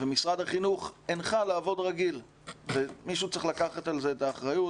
ומשרד החינוך הנחה לעבוד רגיל ומישהו צריך לקחת על זה את האחריות,